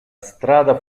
strada